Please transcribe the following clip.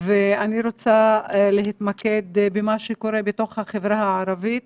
אני רוצה להתמקד במה שקורה בתוך החברה הערבית.